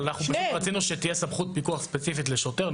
אבל אנחנו רצינו שתהיה סמכות פיקוח ספציפית לשוטר.